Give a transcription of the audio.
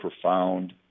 profound